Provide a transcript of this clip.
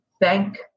thank